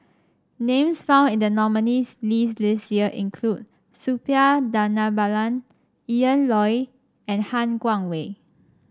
names found in the nominees' list this year include Suppiah Dhanabalan Loy and Han Guangwei